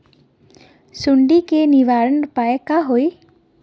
सुंडी के निवारण उपाय का होए?